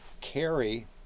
carry